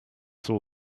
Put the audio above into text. saw